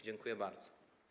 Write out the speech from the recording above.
Dziękuję bardzo.